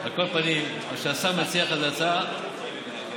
על כל פנים, מה שהשר אמסלם הציע לך, מניסיונו הוא